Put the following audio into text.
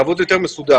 לעבוד יותר מסודר.